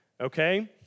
okay